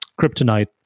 kryptonite